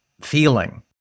feeling